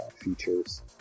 features